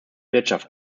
wirtschaft